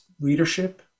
leadership